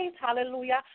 hallelujah